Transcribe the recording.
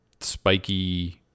spiky